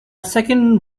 second